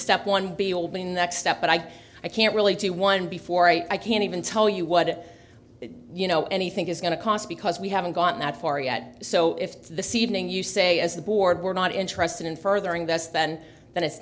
step one building next step but i i can't really do one before i can even tell you what you know anything is going to cost because we haven't gone that far yet so if the seedling you say is the board we're not interested in furthering that's then when it's